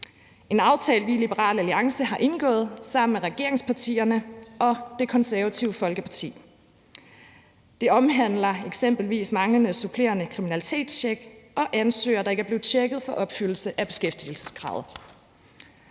en aftale, vi i Liberal Alliance har indgået sammen med regeringspartierne og Det Konservative Folkeparti. Det handler eksempelvis om manglende supplerende kriminalitetstjek og ansøgere, der ikke er blevet tjekket for opfyldelse af beskæftigelseskravet.